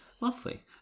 lovely